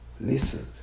listen